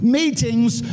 meetings